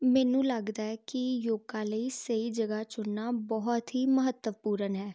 ਮੈਨੂੰ ਲੱਗਦਾ ਕਿ ਯੋਗਾ ਲਈ ਸਹੀ ਜਗ੍ਹਾ ਚੁਣਨਾ ਬਹੁਤ ਹੀ ਮਹੱਤਵਪੂਰਨ ਹੈ